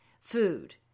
food